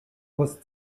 post